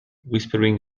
whispering